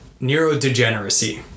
neurodegeneracy